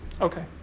Okay